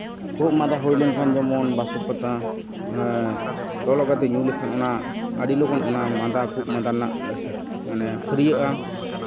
ᱠᱷᱩᱜ ᱢᱟᱸᱫᱟ ᱦᱩᱭ ᱞᱮᱱᱠᱷᱟᱱ ᱡᱮᱢᱚᱱ ᱵᱟᱥᱚᱠ ᱯᱟᱛᱟ ᱞᱚᱞᱚ ᱠᱟᱛᱮᱫ ᱧᱩ ᱞᱮᱠᱷᱟᱱ ᱚᱱᱟ ᱟᱹᱰᱤ ᱞᱚᱜᱚᱱ ᱚᱱᱟ ᱢᱟᱫᱟ ᱠᱷᱩᱜ ᱢᱟᱫᱟ ᱨᱮᱱᱟᱜ ᱢᱟᱱᱮ ᱯᱷᱟᱹᱨᱭᱟᱹᱜᱼᱟ